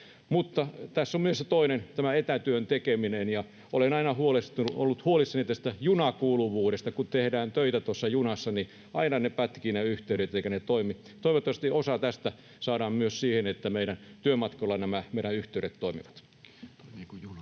Mutta tässä on myös se toinen asia, tämä etätyön tekeminen, ja olen aina ollut huolissani tästä junakuuluvuudesta. Kun tehdään töitä tuossa junassa, niin aina ne yhteydet pätkivät eivätkä toimi. Toivottavasti osa tästä saadaan myös siihen, että meidän työmatkoilla nämä meidän yhteydet toimivat. [Speech 701]